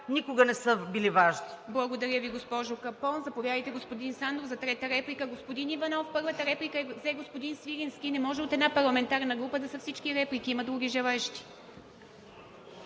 никога не са били важни.